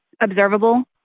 observable